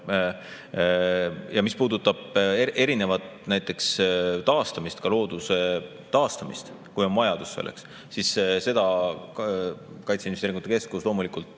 Ja mis puudutab näiteks erinevat taastamist, looduse taastamist, kui on vajadus selleks, siis seda kaitseinvesteeringute keskus loomulikult